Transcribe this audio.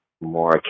more